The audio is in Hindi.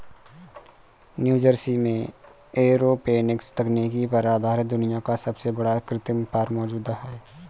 न्यूजर्सी में एरोपोनिक्स तकनीक पर आधारित दुनिया का सबसे बड़ा कृत्रिम फार्म मौजूद है